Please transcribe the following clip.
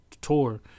tour